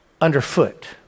underfoot